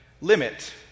limit